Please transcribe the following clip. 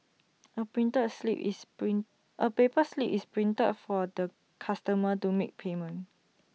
A printer A slip is print A paper slip is printed for the customer to make payment